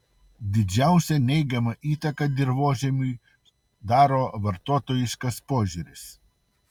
didžiausią neigiamą įtaką dirvožemiui daro vartotojiškas požiūris